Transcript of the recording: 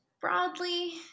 broadly